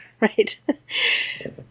right